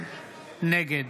נגד